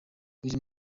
uyu